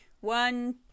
one